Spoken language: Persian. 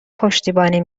پشتیبانی